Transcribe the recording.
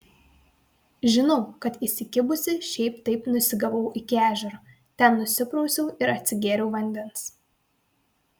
žinau kad įsikibusi šiaip taip nusigavau iki ežero ten nusiprausiau ir atsigėriau vandens